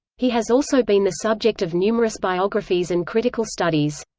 he has also been the subject of numerous biographies and critical studies.